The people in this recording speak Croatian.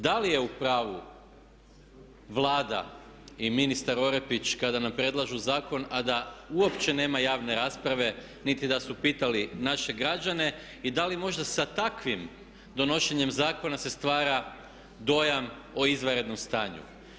Da li je u pravu Vlada i ministar Orepić kada nam predlažu zakon a da uopće nema javne rasprave niti da su pitali naše građane i da li možda sa takvim donošenjem zakona se stvara dojam o izvanrednom stanju?